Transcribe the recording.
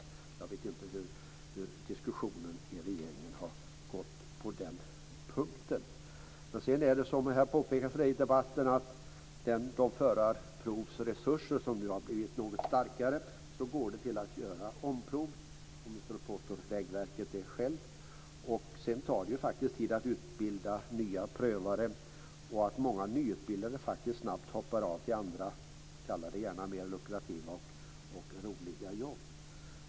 Jag vet inte hur diskussionen i regeringen har gått på den punkten. Som påpekats i debatten går en stor del av förarprovsresurserna, vilka nu har blivit något starkare, till att göra omprov. Åtminstone påstår Vägverket självt det. Sedan tar det faktiskt tid att utbilda nya prövare, och många nyutbildade hoppar snabbt av till andra, kalla det gärna mer lukrativa och roliga jobb.